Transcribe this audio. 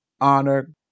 honor